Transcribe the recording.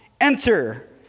enter